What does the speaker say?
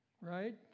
right